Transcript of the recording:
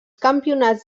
campionats